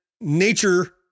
nature